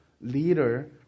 leader